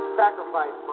sacrifice